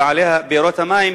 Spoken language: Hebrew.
מבעלי בארות המים,